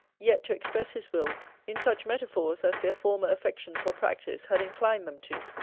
yet to express his will in such metaphors as their former affections or practice had inclined them to.